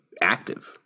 active